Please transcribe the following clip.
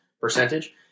percentage